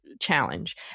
challenge